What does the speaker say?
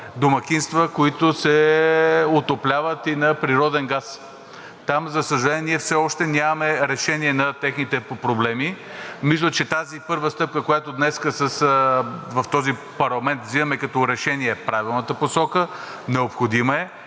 домакинства, които се отопляват на природен газ. Там, за съжаление, ние все още нямаме решение на техните проблеми. Мисля, че тази първа стъпка, която днес в този парламент вземаме като решение, е в правилната посока, необходима е,